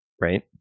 right